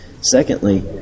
Secondly